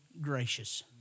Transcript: gracious